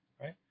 right